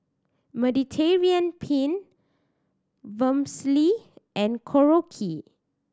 Mediterranean Penne Vermicelli and Korokke